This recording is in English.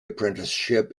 apprenticeship